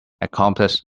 accomplice